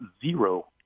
zero